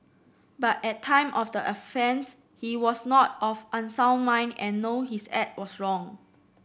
but at time of the offence he was not of unsound mind and know his act was wrong